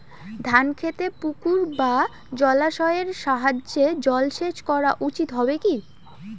ধান খেতে পুকুর বা জলাশয়ের সাহায্যে জলসেচ করা উচিৎ হবে কি?